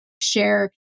share